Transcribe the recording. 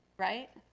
right?